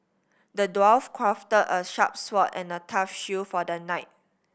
the dwarf crafted a sharp sword and a tough shield for the knight